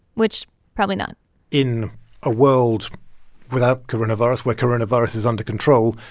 which probably not in a world without coronavirus, where coronavirus is under control,